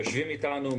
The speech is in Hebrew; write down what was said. יושבים איתנו,